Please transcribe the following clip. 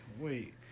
wait